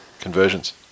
conversions